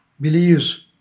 believes